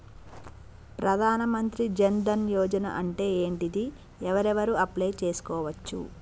ప్రధాన మంత్రి జన్ ధన్ యోజన అంటే ఏంటిది? ఎవరెవరు అప్లయ్ చేస్కోవచ్చు?